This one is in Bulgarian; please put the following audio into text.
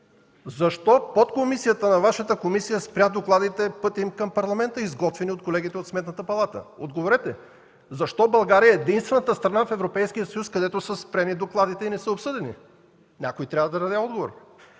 Защо подкомисията на Вашата комисия спря докладите по пътя им към Парламента, изготвени от колегите от Сметната палата? Отговорете защо България е единствената страна в Европейския съюз, където са спрени докладите и не са обсъдени? Някой трябва да даде отговор.